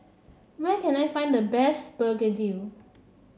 where can I find the best begedil